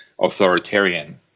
authoritarian